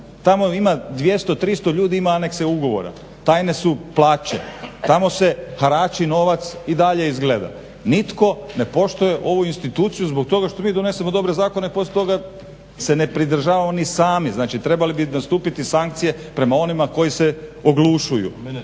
Tamo ima 200, 300 ljudi ima anekse ugovora, tajne su plaće, tamo se harači novac i dalje izgleda. Nitko ne poštuje ovu instituciju zbog toga što mi donesemo dobre zakone a poslije toga se ne pridržavaju oni sami. Znači, trebale bi nastupiti sankcije prema onima koji se oglušuju.